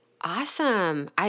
Awesome